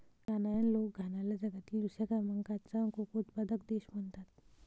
घानायन लोक घानाला जगातील दुसऱ्या क्रमांकाचा कोको उत्पादक देश म्हणतात